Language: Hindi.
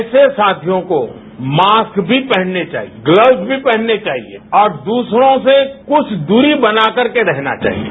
ऐसे साथियों को मास्क भी पहनने चाहिए गत्वस भी पहनने चाहिए और दूसरों से कुछ दूरी बना करके रहना चाहिए